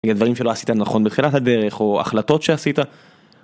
הדברים שלא עשית נכון בחילת הדרך או החלטות שעשית.